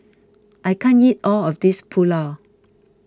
I can't eat all of this Pulao